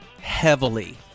heavily